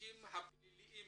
התיקים הפליליים